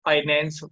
Finance